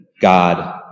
God